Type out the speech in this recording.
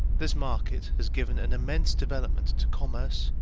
this market has given an immense development to commerce,